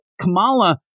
Kamala